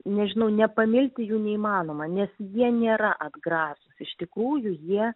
nežinau nepamilti jų neįmanoma nes jie nėra atgrasūs iš tikrųjų jie